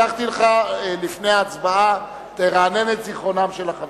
לפני ההצבעה תרענן את זיכרונם של החברים.